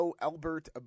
Albert